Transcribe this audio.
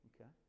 Okay